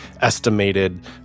estimated